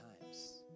times